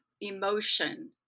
emotion